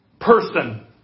person